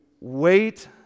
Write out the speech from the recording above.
wait